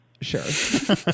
Sure